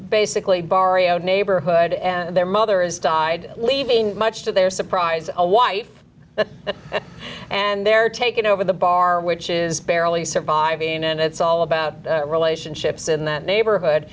basically barrio neighborhood and their mum there is died leaving much to their surprise a wife and they're taking over the bar which is barely surviving and it's all about relationships in that neighborhood